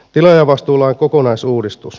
tilaajavastuulain kokonaisuudistus